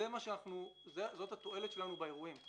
זו התועלת שלנו באירועים.